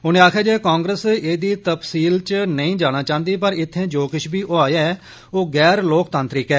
उनें आक्खेया जे कांग्रेस एदी तफसील च नेई जाना चाहंदी पर इत्थें जो किश बी होआ ऐ ओ गैर लोकतांत्रिक ऐ